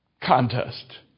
contest